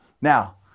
Now